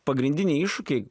pagrindiniai iššūkiai